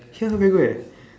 tell her very good air